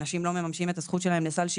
הם לא יכולים לחיות עם זה.